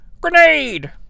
grenade